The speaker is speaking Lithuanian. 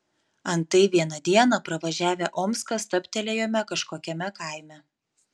antai vieną dieną pravažiavę omską stabtelėjome kažkokiame kaime